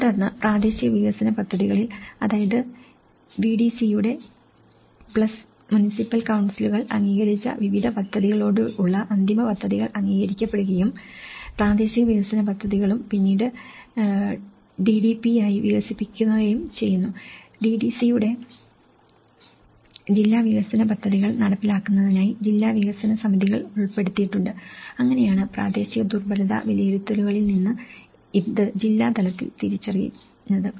തുടർന്ന് പ്രാദേശിക വികസന പദ്ധതികളിൽ അതാത് വിഡിസിയുടെ പ്ലസ് മുനിസിപ്പൽ കൌൺസിലുകൾ അംഗീകരിച്ച വിവിധ പദ്ധതികളോടെയുള്ള അന്തിമ പദ്ധതികൾ അംഗീകരിക്കപ്പെടുകയും പ്രാദേശിക വികസന പദ്ധതികളും പിന്നീട് ഡിഡിപിയായി വികസിപ്പിക്കുകയും ചെയ്യുന്നു ഡിഡിസിയുടെ ജില്ലാ വികസന പദ്ധതികൾ നടപ്പിലാക്കുന്നതിനായി ജില്ലാ വികസന സമിതികൾ ഉൾപ്പെടുത്തിയിട്ടുണ്ട് അങ്ങനെയാണ് പ്രാദേശിക ദുർബലത വിലയിരുത്തലുകളിൽ നിന്ന് ഇത് ജില്ലാ തലത്തിൽ തിരിച്ചറിഞ്ഞത്